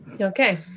okay